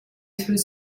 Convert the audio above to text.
through